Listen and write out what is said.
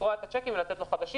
לקרוע את הצ'קים ולתת לו חדשים.